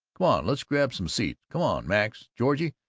come on, let's grab some seats. come on, max. georgie,